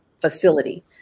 facility